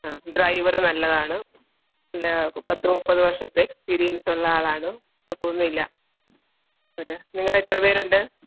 ആ ഡ്രൈവറ് നല്ലതാണ് പിന്നെ പത്ത് മുപ്പത് വർഷത്തെ എക്സ്പീരിയൻസുള്ള ആളാണ് കുഴപ്പമൊന്നുമില്ല ഒരു നിങ്ങൾ എത്ര പേരുണ്ട്